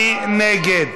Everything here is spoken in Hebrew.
מי נגד?